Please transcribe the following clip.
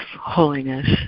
holiness